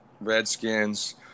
Redskins